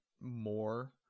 more